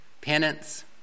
penance